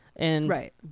Right